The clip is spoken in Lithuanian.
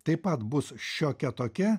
taip pat bus šiokia tokia